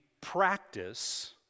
practice